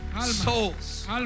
souls